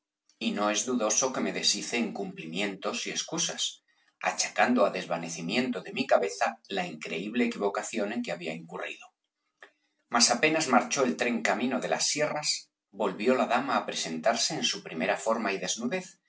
y no es dudoso que me deshice en cumplimientos y excusas achacando á desvanecimiento de mi cabeza la increíble equivocación en que había incurrido mas apenas marchó el tren camino de las sierras volvió la dama á presentarse en su primera forma y desnudez